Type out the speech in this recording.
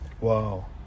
Wow